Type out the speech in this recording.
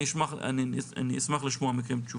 אני אשמח לשמוע מכם תשובה.